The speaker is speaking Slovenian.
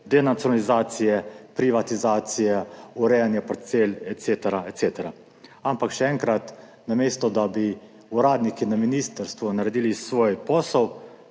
denacionalizacije, privatizacije, urejanja parcel et cetera, et cetera. Ampak še enkrat, namesto da bi uradniki na ministrstvu naredili svoj posel,